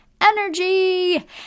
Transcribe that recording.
energy